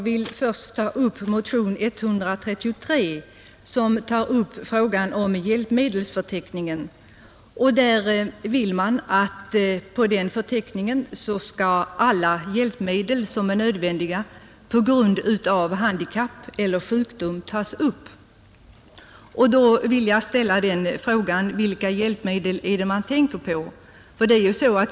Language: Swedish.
Herr talman! I motionen 133 tas frågan om hjälpmedelsförteckningen upp, och man vill att alla hjälpmedel som är nödvändiga på grund av handikapp eller sjukdom tas med på förteckningen. Vilka hjälpmedel är det då som man tänker på?